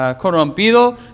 corrompido